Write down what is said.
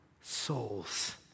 souls